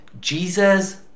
Jesus